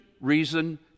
reason